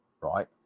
right